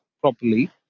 properly